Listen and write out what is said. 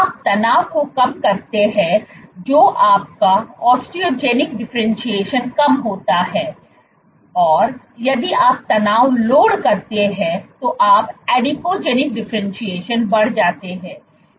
आप तनाव को कम करते हैं तो आपका ऑस्टियोजेनिक डिफरेंटशिएशन कम हो जाता है और यदि आप तनाव लोड करते हैं तो आप एडिपोजेनिक डिफरेंटशिएशन बढ़ जाते हैं